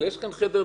יש הסוגיה של החזקה.